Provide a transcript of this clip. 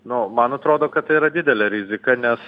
nu man atrodo kad tai yra didelė rizika nes